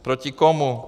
Proti komu?